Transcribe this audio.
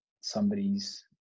somebody's